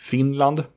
Finland